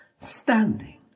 standing